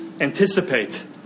anticipate